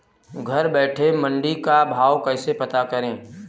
घर बैठे मंडी का भाव कैसे पता करें?